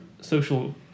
social